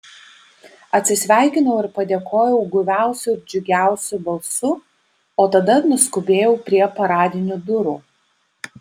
atsisveikinau ir padėkojau guviausiu ir džiugiausiu balsu o tada nuskubėjau prie paradinių durų